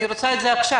אני רוצה את זה עכשיו.